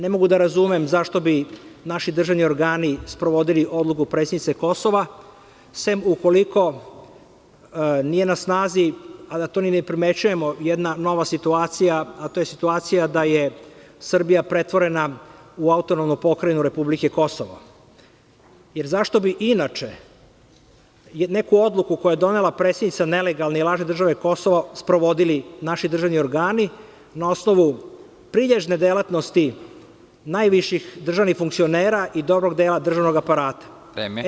Ne mogu da razumem zašto bi naši državni organi sprovodili odluku predsednice Kosova, sem ukoliko nije na snazi, a da to ni ne primećujemo jedna nova situacija, a to je situacija da je Srbija pretvorena u autonomnu pokrajinu republike Kosovo, jer zašto bi inače neku odluku, koju je donela predsednica nelegalne i lažne države Kosovo, sprovodili naši državni organi na osnovu prilježne delatnosti najviših državnih funkcionera i dobrog dela državnog aparata.